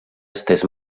estès